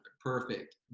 Perfect